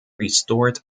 restored